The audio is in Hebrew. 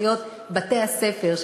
אחיות בתי-הספר,